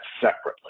separately